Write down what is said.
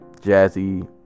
jazzy